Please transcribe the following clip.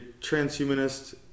transhumanist